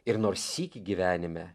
ir nors sykį gyvenime